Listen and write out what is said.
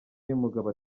y’umugabo